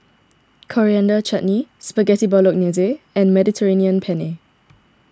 Coriander Chutney Spaghetti Bolognese and Mediterranean Penne